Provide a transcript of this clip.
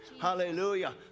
Hallelujah